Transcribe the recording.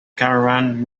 caravan